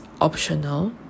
optional